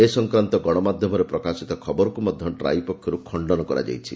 ଏ ସଂକ୍ରାନ୍ତ ଗଣମାଧ୍ୟମରେ ପ୍ରକାଶିତ ଖବରକୁ ମଧ୍ୟ ଟ୍ରାଇ ପକ୍ଷର୍ ଖଣ୍ଡନ କରାଯାଇଛି